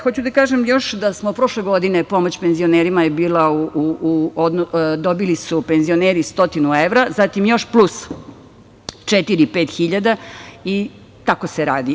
Hoću da kažem još da smo prošle godine, pomoć penzionerima je bila, dobili su penzioneri stotinu evra, zatim, još plus 4.000, 5.000 i tako se radi.